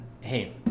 hey